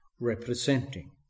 representing